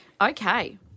Okay